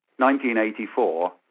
1984